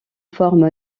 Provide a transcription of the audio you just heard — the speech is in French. forme